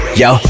yo